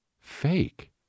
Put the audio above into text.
fake